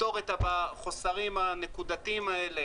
לפתור את החוסרים הנקודתיים האלה